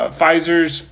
Pfizer's